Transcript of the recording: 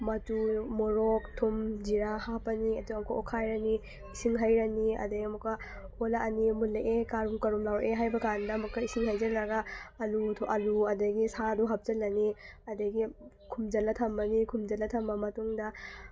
ꯃꯆꯨ ꯃꯔꯣꯛ ꯊꯨꯝ ꯖꯤꯔꯥ ꯍꯥꯞꯄꯅꯤ ꯑꯗꯨꯒ ꯑꯃꯨꯛꯀ ꯑꯣꯠꯈꯥꯏꯔꯅꯤ ꯏꯁꯤꯡ ꯍꯩꯔꯅꯤ ꯑꯗꯒꯤ ꯑꯃꯨꯛꯀ ꯑꯣꯠꯂꯛꯑꯅꯤ ꯃꯨꯜꯂꯛꯑꯦ ꯀꯥꯔꯨꯝ ꯀꯥꯔꯨꯝ ꯂꯥꯎꯔꯛꯑꯦ ꯍꯥꯏꯕ ꯀꯥꯟꯗ ꯑꯃꯨꯛꯀ ꯏꯁꯤꯡ ꯍꯩꯖꯤꯜꯂꯒ ꯑꯥꯜꯂꯨꯗꯣ ꯑꯥꯜꯂꯨ ꯑꯗꯒꯤ ꯁꯥꯗꯨ ꯍꯥꯞꯆꯤꯜꯂꯅꯤ ꯑꯗꯒꯤ ꯈꯨꯝꯖꯤꯜꯂꯒ ꯊꯝꯃꯅꯤ ꯈꯨꯝꯖꯤꯜꯂꯒ ꯊꯝꯃ ꯃꯇꯨꯡꯗ